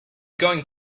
going